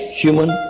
human